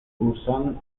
usan